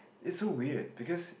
it's so weird because